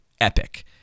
epic